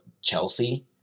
Chelsea